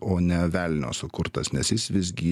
o ne velnio sukurtas nes jis visgi